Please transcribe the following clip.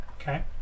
okay